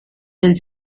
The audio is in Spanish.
del